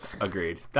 Agreed